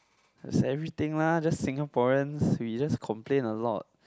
everything lah just Singaporean we just complain a lot